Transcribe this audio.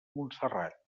montserrat